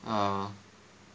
uh